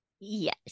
yes